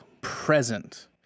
present